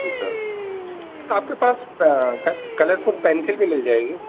جی sir آپ کے پاس کلرفل پینسل بھی مل جائے گی